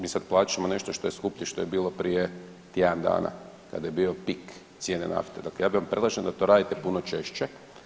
Mi sad plaćamo nešto što je skuplje što je bilo prije tjedan dana kada je bio pik cijene nafte, dakle ja vam predlažem da to radite puno češće.